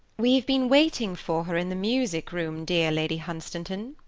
we been waiting for her in the music-room, dear lady hunstanton.